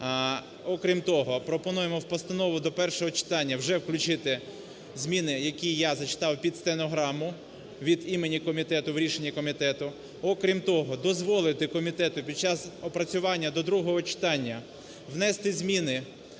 Окрім того, пропонуємо в постанову до першого читання вже включити зміни, які я зачитав під стенограму, від імені комітету, в рішення комітету. Окрім того, дозволити комітету під час опрацювання до другого читання внести зміни